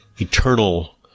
eternal